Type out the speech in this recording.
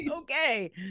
Okay